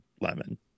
lemon